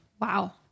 Wow